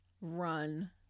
run